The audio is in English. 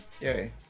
Yay